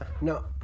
No